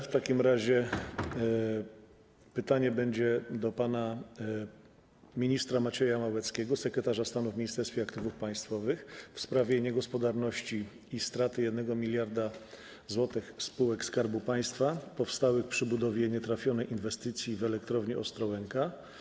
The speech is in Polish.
W takim razie pytanie będzie do pana ministra Macieja Małeckiego, sekretarza stanu w Ministerstwie Aktywów Państwowych, w sprawie niegospodarności i straty 1 mld zł spółek Skarbu Państwa powstałych przy budowie nietrafionej inwestycji w Elektrowni Ostrołęka.